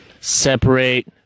separate